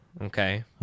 Okay